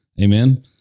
Amen